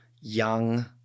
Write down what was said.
young